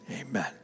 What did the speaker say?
amen